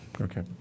Okay